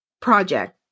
project